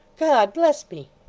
god bless me